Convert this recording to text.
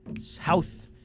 South